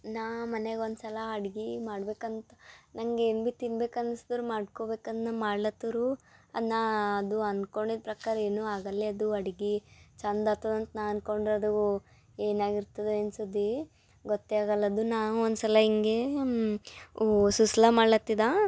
ನಾ ಮನ್ಯಾಗ ಒಂದು ಸಲ ಅಡ್ಗೆ ಮಾಡ್ಬೇಕು ಅಂತ ನಂಗೆ ಏನು ಭೀ ತಿನ್ಬೇಕು ಅನ್ಸ್ದರೆ ಮಾಡ್ಕೋಬೇಕದನ್ನ ಮಾಡ್ಲತ್ತರೆ ಅದು ನಾ ಅದು ಅನ್ಕೊಂಡಿದ್ದ ಪ್ರಕಾರ ಏನೂ ಆಗಲ್ಲೇದು ಅಡ್ಗೆ ಚಂದ ಆಗ್ತದ್ ಅಂತ ನಾ ಅನ್ಕೊಂಡ್ರೆ ಅದು ಏನಾಗಿರ್ತದೋ ಏನು ಸುದ್ದಿ ಗೊತ್ತೇ ಆಗಲ್ಲದು ನಾ ಒಂದು ಸಲ ಹಿಂಗೇ ಓ ಸೂಸಲ ಮಾಡ್ಲತ್ತಿದೆ